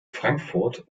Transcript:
frankfurt